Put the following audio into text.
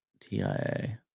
tia